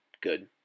good